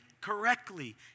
correctly